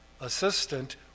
assistant